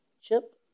Chip